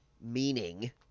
meaning